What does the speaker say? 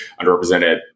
underrepresented